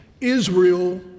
Israel